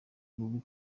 bubi